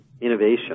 innovation